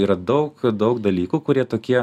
yra daug daug dalykų kurie tokie